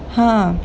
!huh!